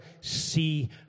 see